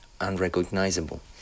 unrecognizable